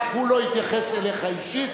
רק הוא לא התייחס אליך אישית.